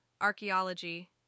archaeology